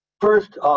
First